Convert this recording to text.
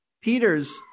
Peter's